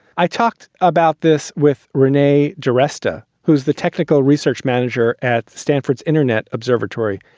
i talked about this with rene d'arista, who's the technical research manager at stanford's internet observatory,